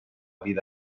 vida